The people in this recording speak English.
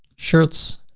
shirts,